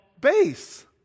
base